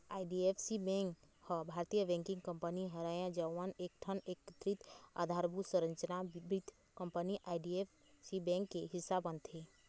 IDFC bank ह भारतीय banking company हरय जउन एकठन एकीकृत अधारभूत संरचना वित्त कंपनी आई.डी.एफ.सी बेंक के हिस्सा बनथे